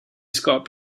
scott